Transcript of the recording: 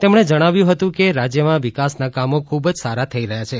તેમણે જણાવ્યું હતુ કે રાજ્યમાં વિકાસના કામો ખૂબ જ સારા થઇ રહયા છે